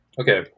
Okay